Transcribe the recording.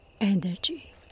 energy